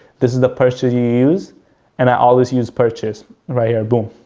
this is the person you use and i always use purchase, right here, boom.